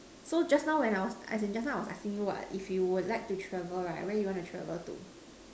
so just now when I was as in just now I was asking you what if you would like to travel right where you wanna travel to